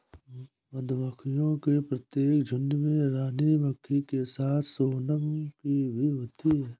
मधुमक्खियों के प्रत्येक झुंड में रानी मक्खी के साथ सोनम की भी होते हैं